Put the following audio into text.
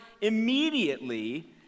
immediately